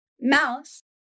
Mouse